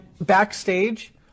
backstage